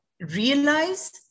realize